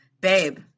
babe